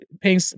paying